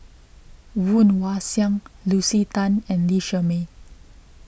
Woon Wah Siang Lucy Tan and Lee Shermay